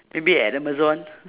maybe at amazon